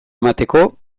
emateko